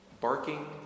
barking